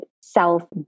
self